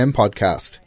podcast